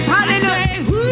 Hallelujah